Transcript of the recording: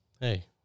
Hey